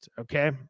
okay